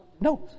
No